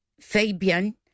Fabian